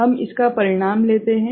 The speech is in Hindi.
हम इसका परिणाम लेते हैं